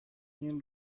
این